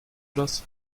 das